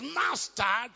master